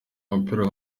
w’umupira